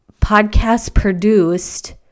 podcast-produced